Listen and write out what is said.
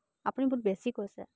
আপুনি বহুত বেছি কৈছে